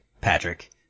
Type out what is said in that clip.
Patrick